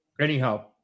Anyhow